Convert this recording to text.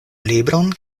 libron